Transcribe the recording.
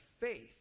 faith